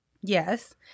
Yes